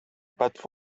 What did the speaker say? but